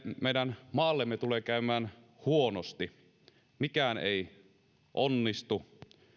meidän maallemme tulee käymään huonosti mikään ei onnistu